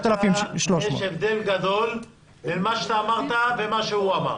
יש הבדל גדול בין מה שאתה אמרת למה שהוא אמר.